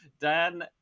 Dan